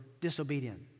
disobedient